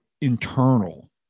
internal